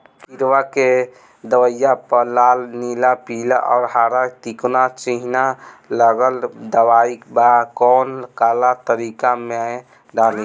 किड़वा के दवाईया प लाल नीला पीला और हर तिकोना चिनहा लगल दवाई बा कौन काला तरकारी मैं डाली?